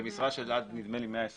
במשרה של עד, נדמה לי 120 שעות.